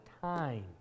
time